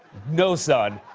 no, son.